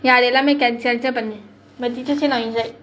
ya they let me cancel my teacher say not inside